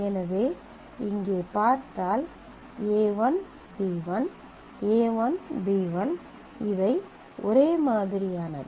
எனவே இங்கே பார்த்தால் a1 b1 a1 b1 இவை ஒரே மாதிரியானவை